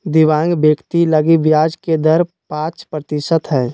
दिव्यांग व्यक्ति लगी ब्याज के दर पांच प्रतिशत हइ